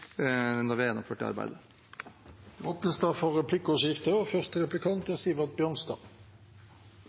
når vi har gjennomført det arbeidet. Det